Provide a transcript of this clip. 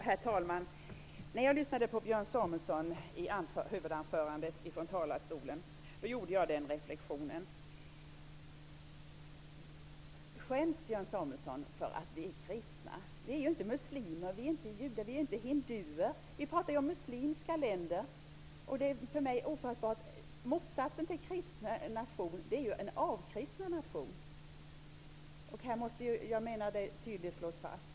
Herr talman! När jag lyssnade på Björn Samuelsons huvudanförande, gjorde jag en reflexion. Skäms Björn Samuelson för att vi är kristna? Vi är inte muslimer, vi är inte judar, vi är inte hinduer. Vi talar ju om muslimska länder. Motsatsen till en kristnad nation är ju en avkristnad nation. Detta måste tydligt slås fast.